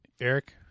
Eric